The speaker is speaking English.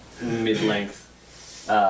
mid-length